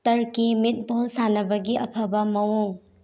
Turkey ꯃꯤꯠꯕꯣꯜ ꯁꯥꯟꯅꯕꯒꯤ ꯑꯐꯕ ꯃꯑꯣꯡ